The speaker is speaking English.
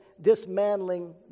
dismantling